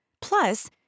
Plus